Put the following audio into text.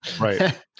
Right